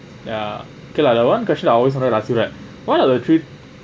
ya okay lah that one question I always wanted to ask you that why are the trip